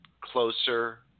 closer